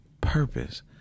purpose